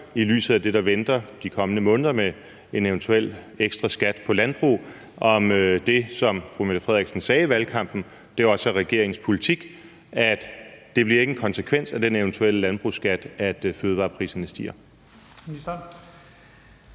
i lyset af det, der venter de kommende måneder med en eventuel ekstra skat på landbruget, høre, om det, som fru Mette Frederiksen sagde i valgkampen, også er regeringens politik, altså at det ikke bliver en konsekvens af den eventuelle landbrugsskat, at fødevarepriserne stiger.